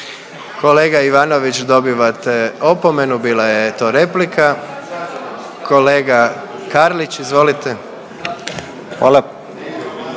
Kolega Mažar dobivate opomenu, bila je to replika. Kolegice Martinčević, izvolite.